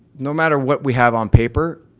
no matter what we have on paper